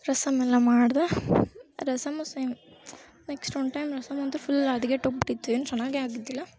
ರಸಂ ಎಲ್ಲ ಮಾಡಿದೆ rasam same next one time rasam ಅಂತೂ ಫುಲ್ ಹದ್ಗೆಟ್ ಹೋಗ್ಬುಟ್ಟಿತ್ತು ಏನೂ ಚೆನ್ನಾಗೇ ಆಗಿದ್ದಿಲ್ಲ